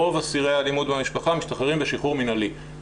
רוב אסירי האלימות במשפחה משתחררים בשחרור מינהלי,